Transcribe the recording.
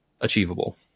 achievable